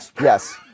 Yes